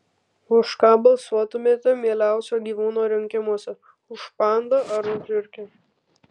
už ką balsuotumėte mieliausio gyvūno rinkimuose už pandą ar už žiurkę